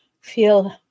feel